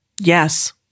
Yes